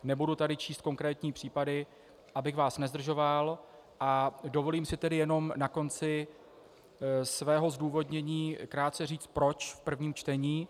Nebudu tady číst konkrétní případy, abych vás nezdržoval, a dovolím si tedy jenom na konci svého zdůvodnění krátce říct, proč první čtení.